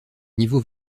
niveaux